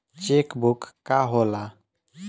Check book का होला?